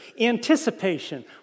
anticipation